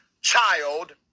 child